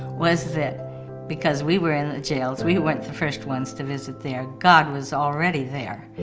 was that because we were in the jails, we weren't the first ones to visit there. god was already there,